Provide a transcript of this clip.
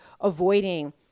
avoiding